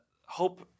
hope